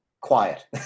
quiet